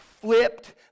flipped